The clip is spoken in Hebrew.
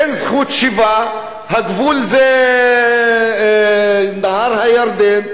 אין זכות שיבה, הגבול זה נהר הירדן.